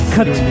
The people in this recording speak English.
Cut